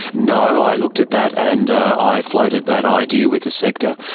no, i looked at that and i floated that idea with the sector,